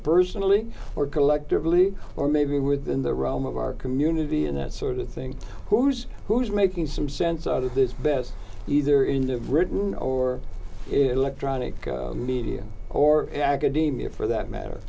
personally or collectively or maybe within the realm of our community and that sort of thing who's who's making some sense out of this best either in the written or electronic media or academia for that matter